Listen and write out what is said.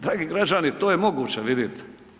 Dragi građani, to je moguće vidite.